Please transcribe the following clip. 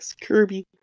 Kirby